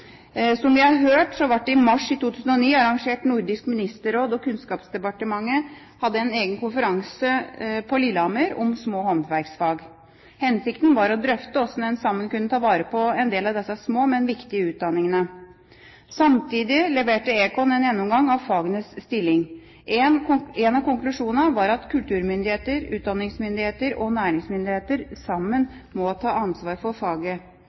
Som vi har hørt, arrangerte Nordisk Ministerråd og Kunnskapsdepartementet i mars 2009 en egen konferanse på Lillehammer om små håndverksfag. Hensikten var å drøfte hvordan en sammen kunne ta vare på en del av disse små, men viktige utdanningene. Samtidig leverte Econ en gjennomgang av fagenes stilling. En av konklusjonene var at kulturmyndigheter, utdanningsmyndigheter og næringsmyndigheter sammen må ta ansvaret for